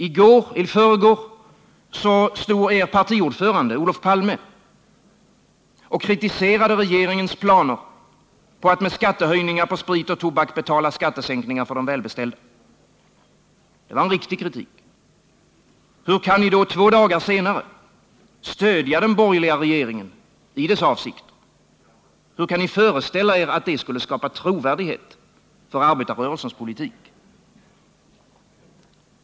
I förrgår stod er partiordförande Olof Palme och kritiserade regeringens planer på att med skattehöjningar på sprit och tobak betala skattesänkningar för de välbeställda. Det var uttryck för en riktig kritik. Hur kan ni då två dagar senare stödja den borgerliga regeringen i dess avsikter? Hur kan ni föreställa er att det skapar trovärdighet för arbetarrörelsens politik?